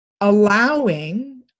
allowing